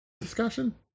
discussion